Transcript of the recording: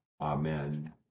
Amen